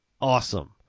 awesome